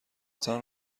تان